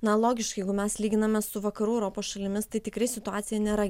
na logiška jeigu mes lyginamės su vakarų europos šalimis tai tikrai situacija nėra